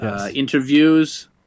Interviews